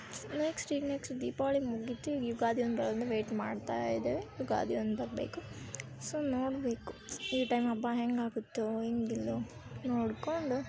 next ಈಗ next Deepavali ಮುಗೀತು ಈಗ ಯುಗಾದಿ ಒಂದು ಬರೋದನ್ನ ವೇಯ್ಟ್ ಮಾಡ್ತಾ ಇದ್ದೇವೆ ಯುಗಾದಿ ಒಂದು ಬರಬೇಕು ಸೊ ನೋಡಬೇಕು ಈ ಟೈಮ್ ಹಬ್ಬ ಹೆಂಗೆ ಆಗುತ್ತೋ ಹೆಂಗಿಲ್ವೋ ನೋಡಿಕೊಂಡು